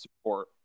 support